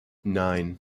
nine